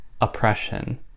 oppression